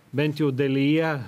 bent jau dalyje